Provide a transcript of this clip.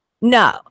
No